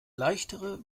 leichtere